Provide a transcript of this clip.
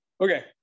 okay